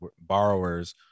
borrowers